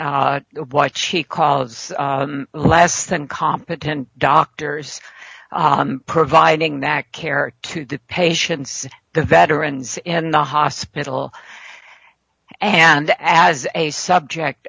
d what she calls less than competent doctors providing that care to the patients the veterans in the hospital and as a subject